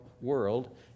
world